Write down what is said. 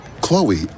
Chloe